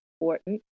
important